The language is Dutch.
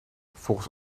volgens